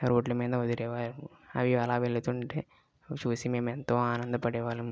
రోడ్ల మీద వదిలే వాళ్ళము అవి అలా వెళ్తుంటే చూసి మేమెంతో ఆనంద పడేవాళ్ళము